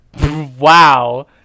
Wow